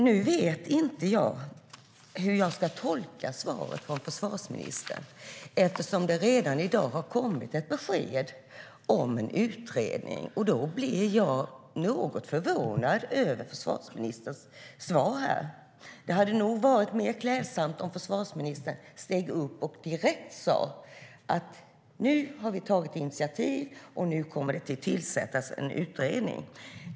Nu vet jag inte hur jag ska tolka svaret från försvarsministern eftersom det redan i dag har kommit ett besked om en utredning. Därför blev jag något förvånad över försvarsministerns svar här. Det hade nog varit mer klädsamt om försvarsministern hade gått upp i talarstolen och direkt sagt att ni nu har tagit initiativ och att det kommer att tillsättas en utredning.